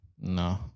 No